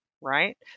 right